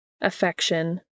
Affection